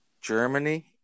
Germany